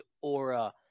aura